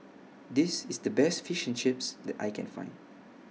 This IS The Best Fish and Chips that I Can Find